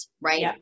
right